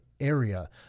area